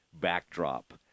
backdrop